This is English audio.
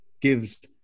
gives